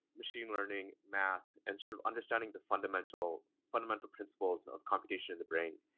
machine learning, math, and sort of understanding the fundamental fundamental principles of computation of the brain,